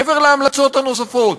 מעבר להמלצות הנוספות?